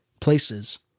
places